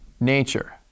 nature